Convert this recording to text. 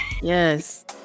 yes